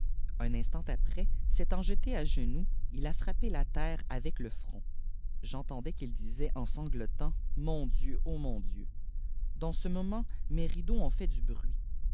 un instant après s'étant jeté à gè noux il a frappé la terre avec le front j'entendais qu'il disait en sanglotant c mon dieu ô mon dieu f dans ce moment mes rideaux ont fait du bruit